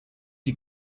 die